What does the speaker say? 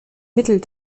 mittel